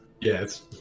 Yes